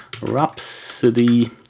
Rhapsody